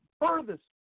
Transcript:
furthest